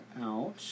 out